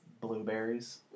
blueberries